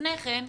לפני כן,